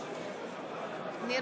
בעד ניר